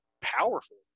powerful